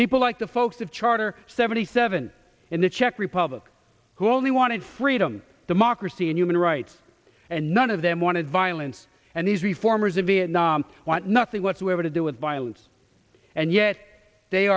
people like the folks of charter seventy seven in the czech republic who only wanted freedom democracy and human rights and none of them wanted violence and these reformers in vietnam want nothing whatsoever to do with violence and yet they